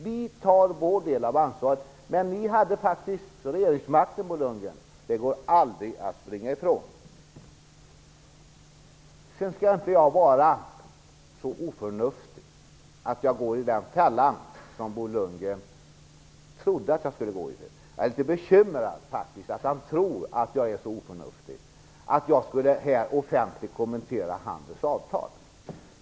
Vi tar vår del av ansvaret, men ni hade faktiskt regeringsmakten, Bo Lundgren, och det kan ni aldrig springa ifrån. Jag skall vidare inte vara så oförnuftig att jag går in i den fälla som Bo Lundgren trodde att jag skulle gå in i. Jag är faktiskt litet bekymrad över att han tror att jag är så oförnuftig att jag här offentligt skulle kommentera Handels avtal.